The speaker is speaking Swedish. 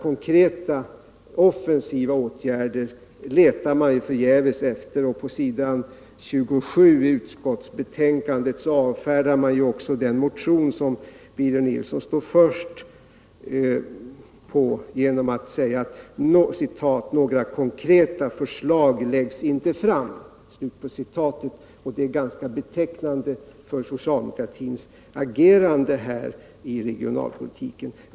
Konkreta, offensiva åtgärder letar man förgäves efter. På s. 27 i utskottsbetänkandet avfärdar också utskottet den motion som Birger Nilsson står som första namn på genom att säga: ”Några konkreta förslag läggs inte fram.” Det är ganska betecknande för socialdemokratins agerande i fråga om regionalpolitiken.